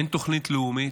אין תוכנית לאומית,